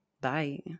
Bye